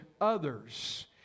others